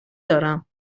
دارم